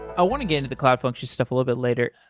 i want to get into the cloud function stuff a little bit later.